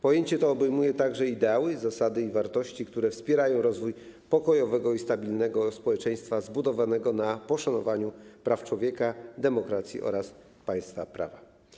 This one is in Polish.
Pojęcie to obejmuje także ideały, zasady i wartości, które wspierają rozwój pokojowego i stabilnego społeczeństwa zbudowanego na poszanowaniu praw człowieka, demokracji oraz państwa prawa.